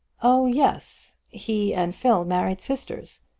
oh yes he and phil married sisters.